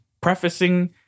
prefacing